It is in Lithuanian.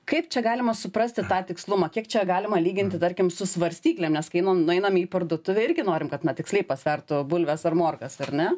kaip čia galima suprasti tą tikslumą kiek čia galima lyginti tarkim su svarstyklėm nes kai nu nueinam į parduotuvę irgi norim kad na tiksliai pasvertų bulves ar morkas ar ne